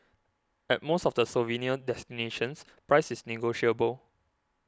at most of the souvenir destinations price is negotiable